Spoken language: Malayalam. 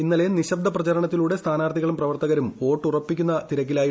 ഇന്നലെ നിശ്ശബ്ദ പ്രചാരണത്തിലൂടെ ് സ്ഥാനാർത്ഥികളും പ്രവർത്തകരും വോട്ടുറപ്പിക്കുന്ന തിരക്കിലായിരുന്നു